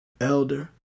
Elder